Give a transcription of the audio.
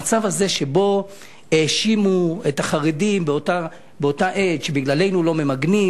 המצב הזה שבו האשימו את החרדים באותה עת שבגללנו לא ממגנים,